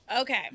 okay